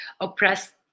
oppressed